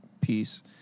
piece